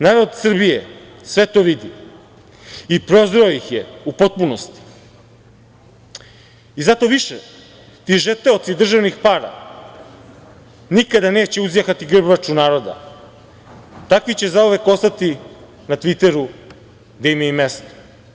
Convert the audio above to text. Narod Srbije sve to vidi i prozreo ih je u potpunosti i zato više ti žeteoci državnih para nikada neće uzjahati grbaču naroda, takvi će zauvek ostati na Tviteru, gde im je i mesto.